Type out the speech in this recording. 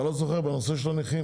נכון, עשינו את זה בנושא של הנכים.